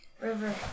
River